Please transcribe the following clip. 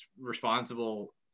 responsible –